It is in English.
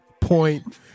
point